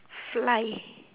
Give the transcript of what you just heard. fly